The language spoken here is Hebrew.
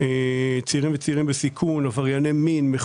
העיקר שזה לא יהיה במיקור חוץ.